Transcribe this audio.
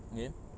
ya